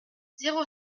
zéro